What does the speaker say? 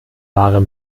bare